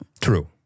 True